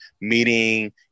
meeting